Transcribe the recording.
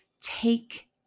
take